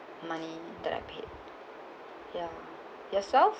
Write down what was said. money that I paid ya yourself